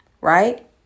Right